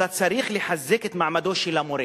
אתה צריך לחזק את מעמדו של המורה,